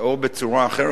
או בצורה אחרת.